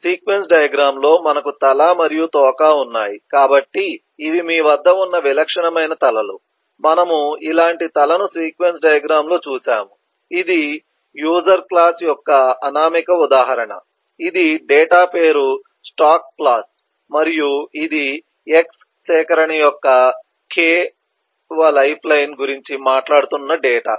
sequence diagram లో మనకు తల మరియు తోక ఉన్నాయి కాబట్టి ఇవి మీ వద్ద ఉన్న విలక్షణమైన తలలు మనము ఇలాంటి తలను సీక్వెన్స్ డయాగ్రమ్ లో చూశాము ఇది యూజర్ క్లాస్ యొక్క అనామక ఉదాహరణ ఇది డేటా పేరు స్టాక్ క్లాస్ మరియు ఇది x సేకరణ యొక్క k వ లైఫ్ లైన్ గురించి మాట్లాడుతున్న డేటా